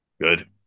Good